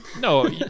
No